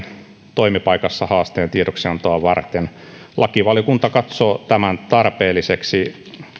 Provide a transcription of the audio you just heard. toimipaikassa haasteen tiedoksiantoa varten lakivaliokunta katsoo tämän tarpeelliseksi